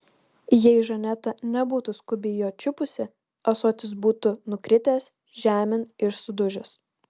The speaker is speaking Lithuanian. jei žaneta nebūtų skubiai jo čiupusi ąsotis būtų nukritęs žemėn ir sudužęs